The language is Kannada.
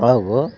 ಹಾಗು